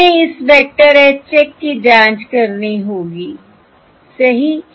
तो हमें इस वेक्टर H चेक की जांच करनी होगी सही